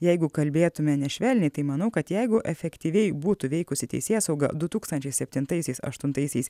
jeigu kalbėtume nešvelniai tai manau kad jeigu efektyviai būtų veikusi teisėsauga du tūkstančiai septintaisiais aštuntaisiais